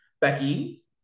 Becky